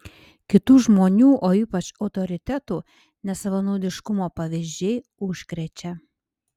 kitų žmonių o ypač autoritetų nesavanaudiškumo pavyzdžiai užkrečia